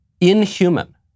inhuman